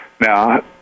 Now